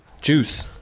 Juice